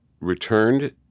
returned